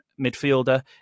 midfielder